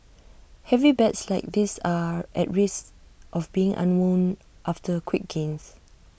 heavy bets like this are at risk of being unwound after quick gains